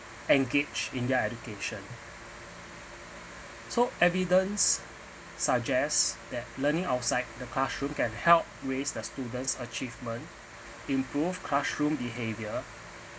engaged in their education so evidence suggests that learning outside the classroom can help raise the student's achievement improve classroom behaviour